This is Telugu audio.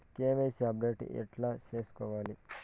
కె.వై.సి అప్డేట్ ఎట్లా సేసుకోవాలి?